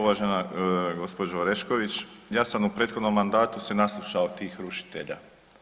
Uvažena gospođo Orešković, ja sam u prethodnom mandatu se naslušao tih rušitelja.